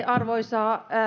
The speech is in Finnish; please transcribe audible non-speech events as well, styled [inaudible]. [unintelligible] arvoisa